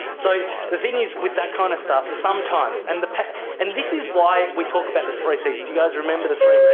so the thing is with that kind of stuff, sometimes, and and this is why we talk about the three cs. do you guys remember the three